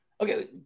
Okay